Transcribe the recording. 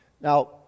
Now